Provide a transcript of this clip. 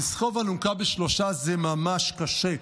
לסחוב אלונקה בשלושה זה ממש קשה.